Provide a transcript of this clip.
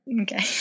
okay